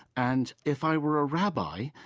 and if i were a rabbi,